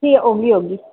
ठीक ऐ ओह्बी औगी